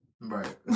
Right